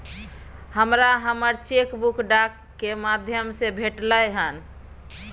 हमरा हमर cheque book डाक के माध्यम से भेटलय हन